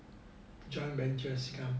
joint venture singapore